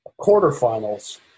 quarterfinals